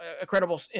incredible